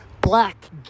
black